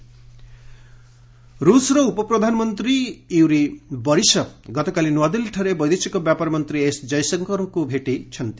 India Russia ରୁଷର ଉପପ୍ରଧାନମନ୍ତ୍ରୀ Yuri Borisov ଗତକାଲି ନ୍ତଆଦିଲ୍ଲୀଠାରେ ବୈଦେଶିକ ବ୍ୟାପାର ମନ୍ତ୍ରୀ ଏସ୍ ଜୟଶଙ୍କରଙ୍କ ଭେଟିଛନ୍ତି